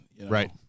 Right